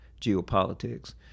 geopolitics